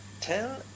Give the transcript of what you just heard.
Ten